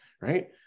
right